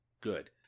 good